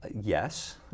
Yes